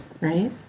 right